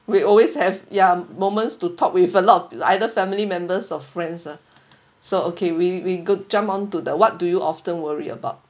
we always have ya moments to talk with a lot of either family members or friends ah so okay we we go~ jump onto the what do you often worry about